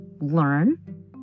learn